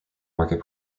market